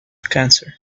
cancer